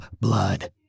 blood